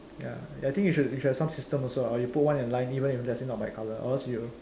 ya ya I think you should you should have some system also lah or you put one in line even if let's say not by colour or else you'll